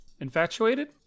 Infatuated